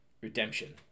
redemption